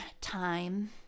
time